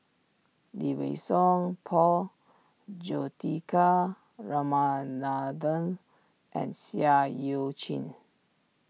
Lee Wei Song Paul Juthika Ramanathan and Seah Eu Chin